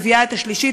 מביאה את השלישית,